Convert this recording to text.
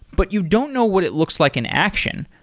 but you don't know what it looks like in action,